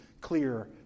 clear